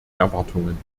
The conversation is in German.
erwartungen